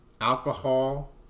alcohol